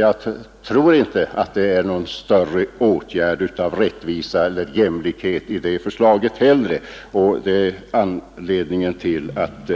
Jag tror därför att inte heller detta är någon större rättviseeller jämlikhetsåtgärd, och det är anledningen till att